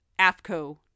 AFCO